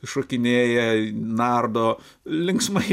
šokinėja nardo linksmai